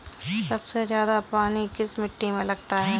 सबसे ज्यादा पानी किस मिट्टी में लगता है?